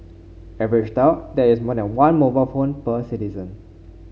averaged out that is more than one mobile phone per citizen